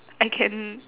I can